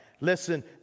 Listen